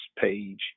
page